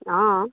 অঁ